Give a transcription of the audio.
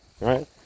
right